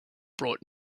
brought